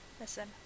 Listen